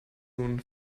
nun